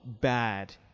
bad